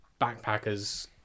backpackers